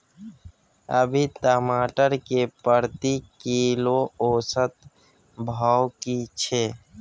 अभी टमाटर के प्रति किलो औसत भाव की छै?